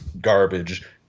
garbage